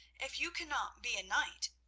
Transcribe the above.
if you cannot be a knight,